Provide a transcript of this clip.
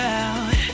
out